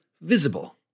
visible